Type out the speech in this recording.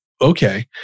Okay